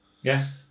Yes